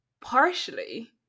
partially